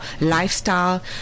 lifestyle